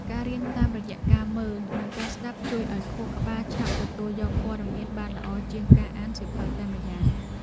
ការរៀនតាមរយៈការមើល និងការស្តាប់ជួយឱ្យខួរក្បាលឆាប់ទទួលយកព័ត៌មានបានល្អជាងការអានសៀវភៅតែម្យ៉ាង។